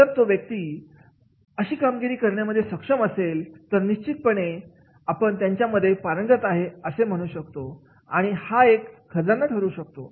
जर तो व्यक्ती अशी कामगिरी करण्यासाठी सक्षम असेल तर निश्चितपणे आपण त्याच्यामध्ये पारंगत आहे असे म्हणू शकतो आणि हा एक खजाना ठरू शकतो